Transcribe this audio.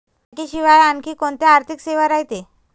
बँकेशिवाय आनखी कोंत्या आर्थिक सेवा रायते?